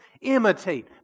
Imitate